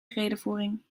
redevoering